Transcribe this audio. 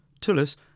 Tullus